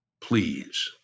Please